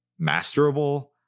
masterable